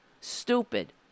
stupid